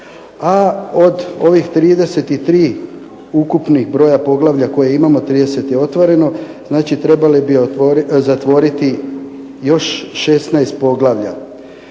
a od ovih 33 ukupnih brojeva poglavlja 30 je otvoreno, znači trebali bi zatvoriti još 16 poglavlja.